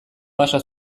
pasa